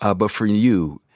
ah but for you,